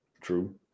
True